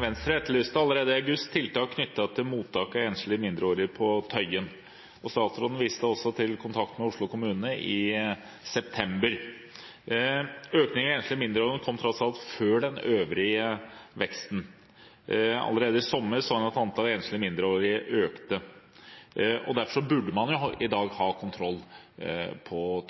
Venstre etterlyste allerede i august tiltak knyttet til mottak av enslige mindreårige på Tøyen, og statsråden viste også til kontakt med Oslo kommune i september. Økningen av enslige mindreårige kom tross alt før den øvrige veksten. Allerede i sommer sa hun at antallet enslige mindreårige økte, og derfor burde man jo i dag ha